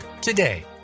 today